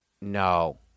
No